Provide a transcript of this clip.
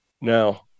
now